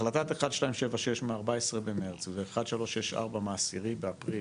החלטת 1276 מה-14 במרץ, ו-1364 מה-10 באפריל,